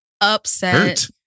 Upset